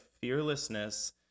fearlessness